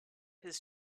his